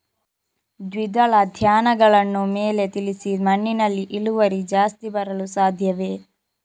ದ್ವಿದಳ ಧ್ಯಾನಗಳನ್ನು ಮೇಲೆ ತಿಳಿಸಿ ಮಣ್ಣಿನಲ್ಲಿ ಇಳುವರಿ ಜಾಸ್ತಿ ಬರಲು ಸಾಧ್ಯವೇ?